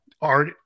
art